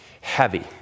heavy